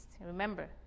Remember